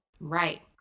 Right